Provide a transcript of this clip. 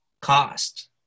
cost